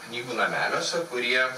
knygų nameliuose kurie